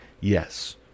Yes